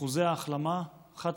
אחוזי ההחלמה חד-ספרתיים.